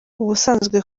ubusanzwe